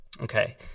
Okay